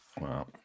Wow